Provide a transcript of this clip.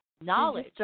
knowledge